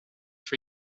for